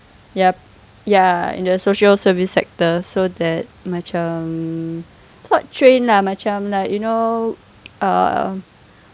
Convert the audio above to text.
ya ya in the social service sector so that macam mm not train lah macam like you know uh